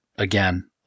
Again